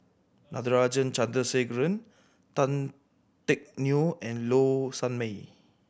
Natarajan Chandrasekaran Tan Teck Neo and Low Sanmay